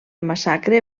massacre